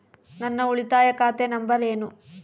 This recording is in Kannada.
ನನ್ನ ಉಳಿತಾಯ ಖಾತೆ ನಂಬರ್ ಏನು?